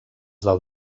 del